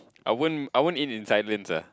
I won't I won't eat in silence ah